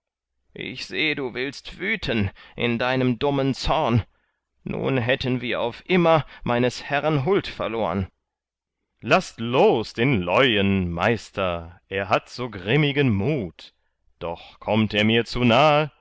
ich seh du willst wüten in deinem dummen zorn nun hätten wir auf immer meines herren huld verlorn laßt los den leuen meister er hat so grimmigen mut doch kommt er mir zu nahe